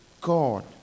God